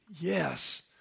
yes